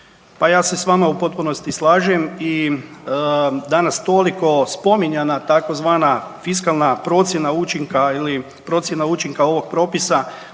Pa ja se s vama u potpunosti slažem i danas toliko spominjana tzv. fiskalna procjena učinka ili procjena učinka ovog propisa